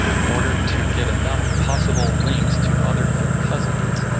in order to get enough possible links to other fifth cousins.